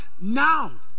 now